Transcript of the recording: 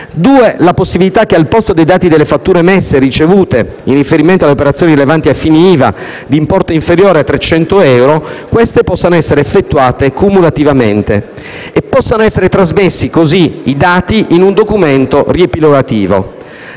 la possibilità che, al posto dei dati delle fatture emesse ricevute in riferimento alle operazioni rilevanti a fini IVA di importo inferiore a 300 euro, queste possano essere effettuate cumulativamente e possano essere trasmessi così i dati in un documento riepilogativo;